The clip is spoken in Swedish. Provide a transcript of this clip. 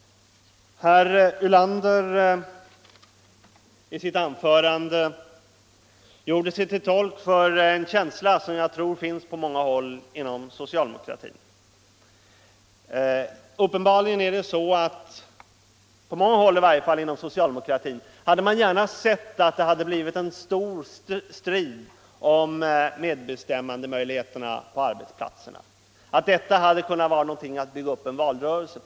Herr Ulander gjorde sig sedan till tolk för en känsla, som jag tror finns på många håll inom socialdemokratin. Det är uppenbarligen så på många håll inom socialdemokratin, att man gärna skulle ha sett att det blivit en stor strid om medbestämmandemöjligheterna på arbetsplatserna. Det hade kunnat bli någonting att bygga upp en valrörelse på.